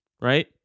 right